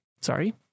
Sorry